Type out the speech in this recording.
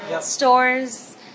stores